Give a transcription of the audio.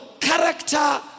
character